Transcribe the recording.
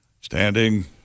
standing